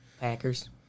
Packers